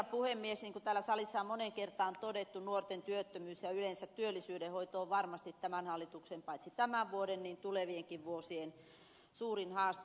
niin kuin täällä salissa on moneen kertaan todettu nuorten työttömyys ja yleensä työllisyyden hoito on varmasti tämän hallituksen paitsi tämän vuoden myös tulevienkin vuosien suurin haaste